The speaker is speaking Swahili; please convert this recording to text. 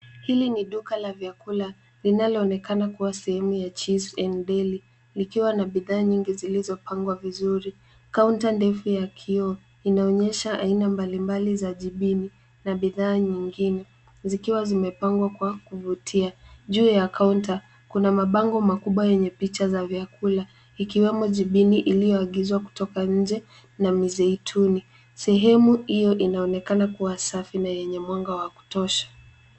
Hili ni duka la vyakula linaloonekana kuwa sehemu ya cheese & deli , likiwa na bidhaa nyingi zilizopangwa vizuri. Kaunta ndefu ya kioo inaonyesha aina mbalimbali za jibini na bidhaa nyingine, zikiwa zimepangwa kwa kuvutia. Juu ya kaunta, kuna mabango makubwa yenye picha za vyakula, ikiwemo jibini iliyoagizwa kutoka nje na mizeituni. Sehemu iyo inaonekana kuwa safi na yenye mwanga wa kutosha.